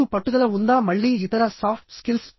మీకు పట్టుదల ఉందా మళ్ళీ ఇతర సాఫ్ట్ స్కిల్స్